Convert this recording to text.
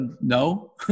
no